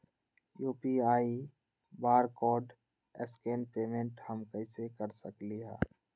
UPI barcode scan payment हम कईसे कर सकली ह?